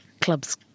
clubs